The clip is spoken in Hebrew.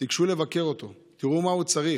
תיגשו לבקר אותו, תראו מה הוא צריך.